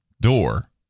door